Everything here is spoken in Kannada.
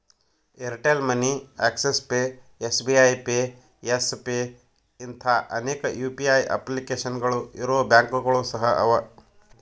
Airtel money Axis pay SBI pay Yes pay ಇಂಥಾ ಅನೇಕ ಯು.ಪಿ.ಐ ಅಪ್ಲಿಕೇಶನ್ಗಳು ಇರೊ ಬ್ಯಾಂಕುಗಳು ಸಹ ಅವ